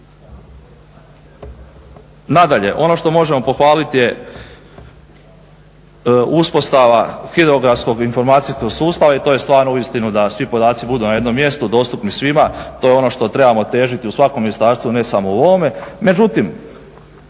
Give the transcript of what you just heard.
Nadalje, ono što možemo pohvaliti je uspostava Hidrografskog informacijskog sustava i to je stvarno uistinu da svi podaci budu na jednom mjestu dostupni svima. To je ono što trebamo težiti u svakom ministarstvu ne samo u ovome.